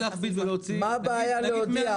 מה הבעיה להודיע?